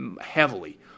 heavily